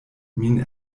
min